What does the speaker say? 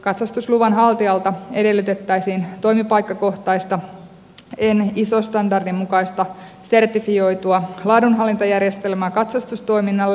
katsastusluvan haltijalta edellytettäisiin toimipaikkakohtaista en iso standardin mukaista sertifioitua laadunhallintajärjestelmää katsastustoiminnalle